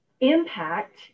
impact